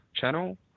channel